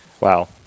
Wow